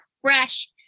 fresh